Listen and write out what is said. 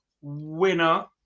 winner